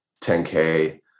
10K